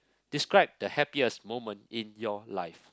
describe the happiest moment in your life